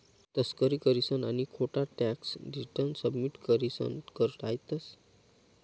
तस्करी करीसन आणि खोटा टॅक्स रिटर्न सबमिट करीसन कर टायतंस